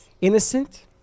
innocent